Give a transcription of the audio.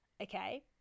Okay